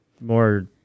more